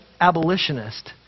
abolitionist